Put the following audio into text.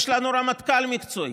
יש לנו רמטכ"ל מקצועי,